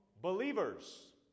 believers